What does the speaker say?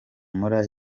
mula